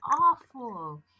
awful